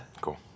Cool